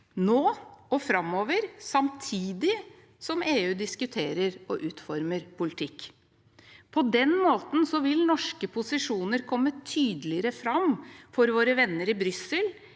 nå og framover, samtidig som EU diskuterer og utformer politikk. På den måten vil norske posisjoner komme tydeligere fram for våre venner i Brussel,